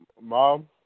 Mom